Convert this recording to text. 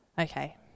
Okay